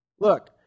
Look